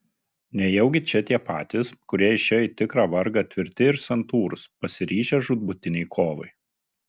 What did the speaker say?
nejaugi čia tie patys kurie išėjo į tikrą vargą tvirti ir santūrūs pasiryžę žūtbūtinei kovai